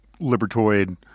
libertoid